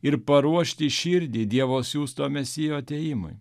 ir paruošti širdį dievo siųsto mesijo atėjimui